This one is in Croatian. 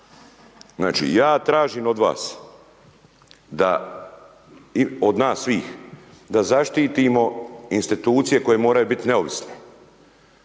vas da, od nas svih, da zaštitimo institucije koje moraju biti neovisne,